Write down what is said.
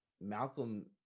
Malcolm